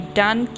done